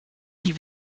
die